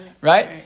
Right